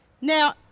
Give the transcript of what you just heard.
Now